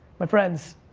my friends,